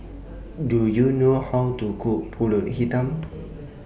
Do YOU know How to Cook Pulut Hitam